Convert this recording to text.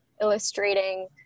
illustrating